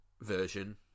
version